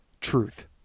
truth